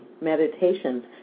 Meditations